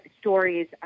stories